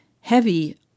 heavy